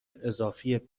اضافی